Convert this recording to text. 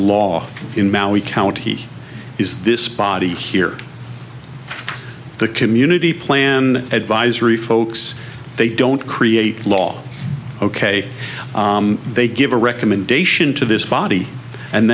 law in maui county is this body here the community plan advisory folks they don't create law ok they give a recommendation to this body and